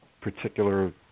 particular